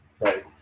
Right